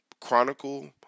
Chronicle